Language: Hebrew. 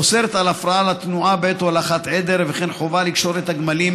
אוסרת על הפרעה לתנועה בעת הולכת עדר וכן קובעת חובה לקשור את הגמלים